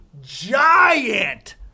giant